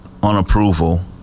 unapproval